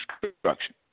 construction